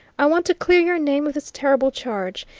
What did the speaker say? i want to clear your name of this terrible charge.